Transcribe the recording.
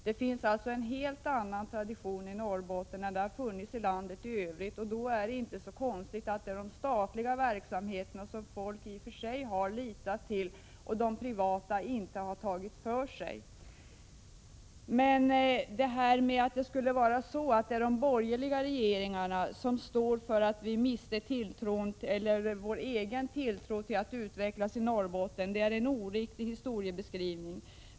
Det finns alltså en helt annan tradition i Norrbotten än i landet i övrigt, och då är det inte så konstigt att folk har litat till de statliga verksamheterna och att de privata företagen inte har tagit för sig. Talet om att det skulle vara de borgerliga regeringarna som bär ansvaret för att vi i Norrbotten miste vår tilltro till en utveckling i länet är en oriktig historieskrivning.